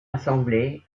assemblée